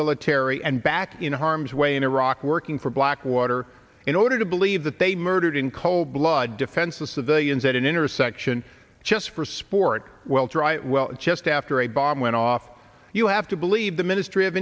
military and back in harm's way in iraq working for blackwater in order to believe that they murdered in cold blood defenseless civilians at an intersection just for sport well to write well just after a bomb went off you have to believe the ministry of